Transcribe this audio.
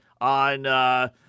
on –